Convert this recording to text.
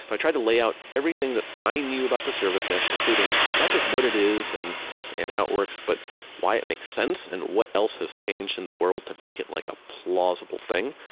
but i tried to lay out everything that i knew about the service mesh, including not just what it is and and how it works, but why it makes sense and what else has changed in the world to make it like a plausible thing,